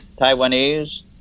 Taiwanese